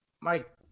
Mike